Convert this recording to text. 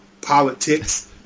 politics